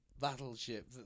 battleship